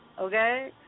okay